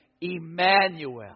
Emmanuel